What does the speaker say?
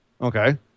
Okay